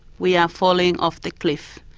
we are falling off the cliff.